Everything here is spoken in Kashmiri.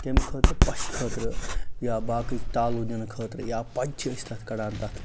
کَمہِ خٲطرٕ پَشہٕ خٲطرٕ یا باقٕے تالوٗ دِنہٕ خٲطرٕ یا پچہِ چھِ أسۍ تَتھ کَڑان تَتھ